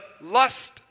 lust